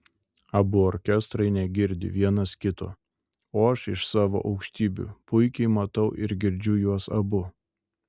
abu orkestrai negirdi vienas kito o aš iš savo aukštybių puikiai matau ir girdžiu juos abu